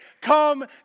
come